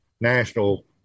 National